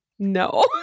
No